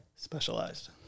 specialized